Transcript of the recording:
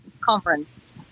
conference